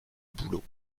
bouleau